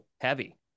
heavy